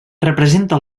representa